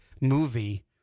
movie